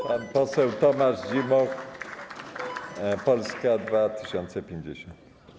Pan poseł Tomasz Zimoch, Polska 2050.